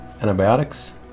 antibiotics